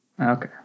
Okay